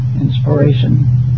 inspiration